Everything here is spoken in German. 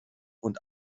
und